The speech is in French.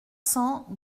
cents